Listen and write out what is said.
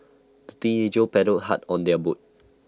the teenagers paddled hard on their boat